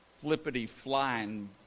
flippity-flying